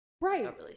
right